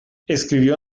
escribió